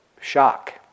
shock